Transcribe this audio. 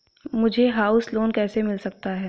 मुझे house loan कैसे मिल सकता है?